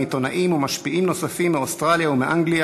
עיתונאים ומשפיעים נוספים מאוסטרליה ומאנגליה,